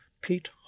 Pete